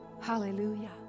hallelujah